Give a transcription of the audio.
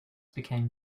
became